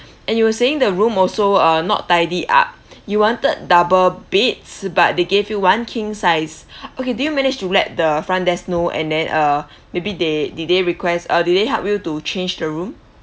and you were saying the room also uh not tidied up you wanted double beds but they gave you one king size okay did you manage to let the front desk know and then uh maybe they did they request uh did they help you to change the room